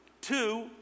Two